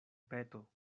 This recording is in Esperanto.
peto